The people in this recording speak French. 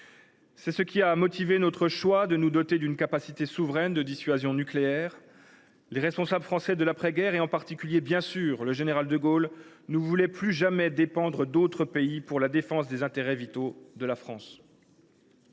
C’est ce qui a motivé notre choix de nous doter d’une capacité souveraine de dissuasion nucléaire. Les responsables français de l’après guerre, en particulier le général de Gaulle, ne voulaient plus jamais dépendre d’autres pays pour assurer la défense des intérêts vitaux de la France.